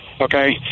Okay